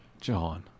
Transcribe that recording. john